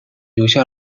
留下